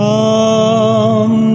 Come